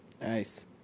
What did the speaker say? Nice